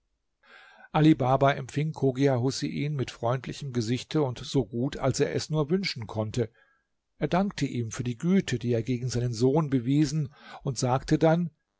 baba empfing chogia husein mit freundlichem gesichte und so gut als er es nur wünschen konnte er dankte ihm für die güte die er gegen seinen sohn bewiesen und sagte dann